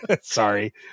Sorry